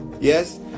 yes